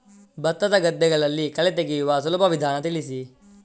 ಭತ್ತದ ಗದ್ದೆಗಳಲ್ಲಿ ಕಳೆ ತೆಗೆಯುವ ಸುಲಭ ವಿಧಾನ ತಿಳಿಸಿ?